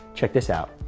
check this out.